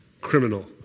criminal